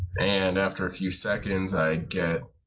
and after a few seconds i get